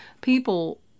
people